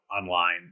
online